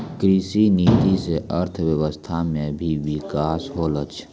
कृषि नीति से अर्थव्यबस्था मे भी बिकास होलो छै